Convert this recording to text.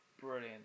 Brilliant